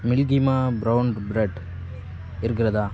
மில்கிமா brown bread இருக்கிறதா